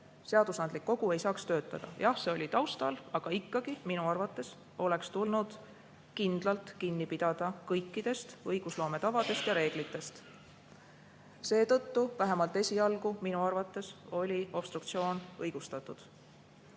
seadusandlik kogu ei saaks töötada. Jah, see oli taustal, aga ikkagi minu arvates oleks tulnud kindlalt kinni pidada kõikidest õigusloome tavadest ja reeglitest. Seetõttu vähemalt esialgu oli obstruktsioon minu